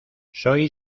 soy